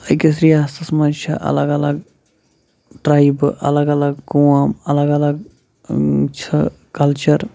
أکِس رِیاستَس منٛز چھِ الگ الگ ٹرٛیبہٕ الگ الگ قوم الگ الگ چھِ کَلچَر